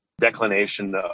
declination